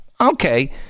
Okay